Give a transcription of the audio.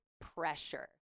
pressure